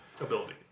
ability